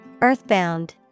Earthbound